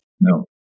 No